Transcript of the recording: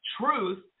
truth